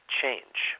change